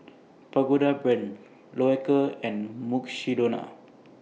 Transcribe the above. Pagoda Brand Loacker and Mukshidonna